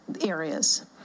areas